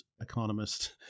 economist